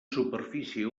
superfície